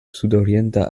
sudorienta